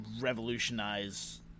revolutionize